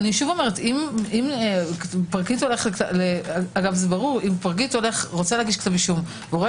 אם פרקליט רוצה להגיש כתב אישום ורואה